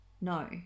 No